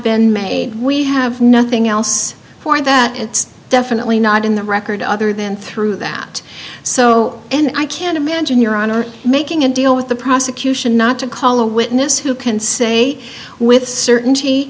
been made we have nothing else for that it's definitely not in the record other than through that so and i can't imagine your honor making a deal with the prosecution not to call a witness who can say with certainty